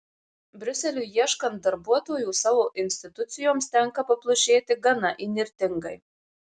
briuseliui ieškant darbuotojų savo institucijoms tenka paplušėti gana įnirtingai